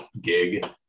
gig